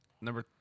Number